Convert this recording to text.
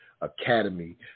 Academy